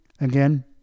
Again